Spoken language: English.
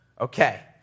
Okay